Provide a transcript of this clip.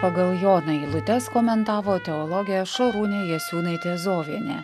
pagal joną eilutes komentavo teologė šarūnė jasiūnaitė zovienė